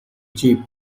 cheap